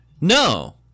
no